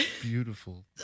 beautiful